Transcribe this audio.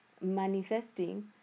manifesting